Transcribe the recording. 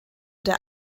der